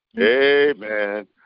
Amen